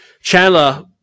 Chandler